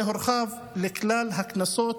זה הורחב לכלל הקנסות.